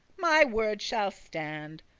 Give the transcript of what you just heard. my word shall stand,